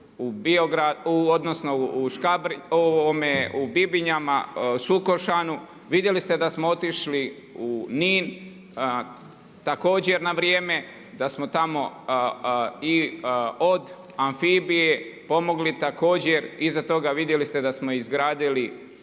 u Bibinjama, Sukošanu. Vidjeli ste da smo otišli u Nin također na vrijeme, da smo tamo i od amfibije pomogli također, iza toga vidjeli ste da smo izgradili